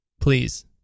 Please